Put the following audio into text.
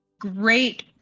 great